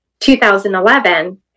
2011